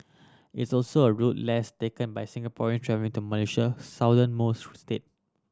it's also a route less taken by Singaporean travelling to Malaysia southernmost state